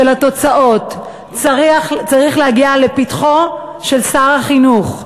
של התוצאות, צריך להגיע לפתחו של שר החינוך,